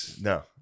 no